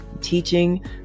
teaching